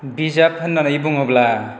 बिजाब होननानै बुङोब्ला